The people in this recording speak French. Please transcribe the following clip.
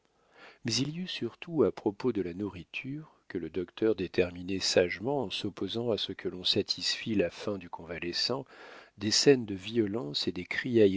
mais il y eut surtout à propos de la nourriture que le docteur déterminait sagement en s'opposant à ce que l'on satisfît la faim du convalescent des scènes de violence et des